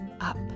up